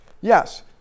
Yes